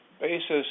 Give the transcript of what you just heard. basis